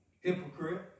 Hypocrite